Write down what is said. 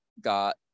got